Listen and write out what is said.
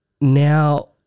Now